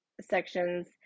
sections